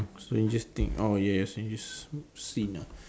strangest thing oh ya strangest scene ah